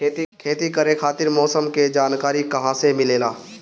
खेती करे खातिर मौसम के जानकारी कहाँसे मिलेला?